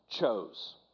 chose